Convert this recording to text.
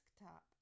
Desktop